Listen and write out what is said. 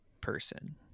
person